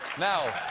now